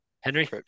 Henry